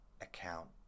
account